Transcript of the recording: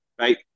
right